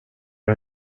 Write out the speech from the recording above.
väl